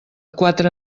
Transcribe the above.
quatre